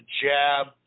jab